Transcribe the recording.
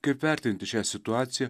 kaip vertinti šią situaciją